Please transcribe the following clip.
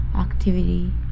activity